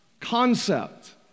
concept